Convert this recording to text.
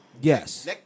Yes